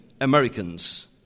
Americans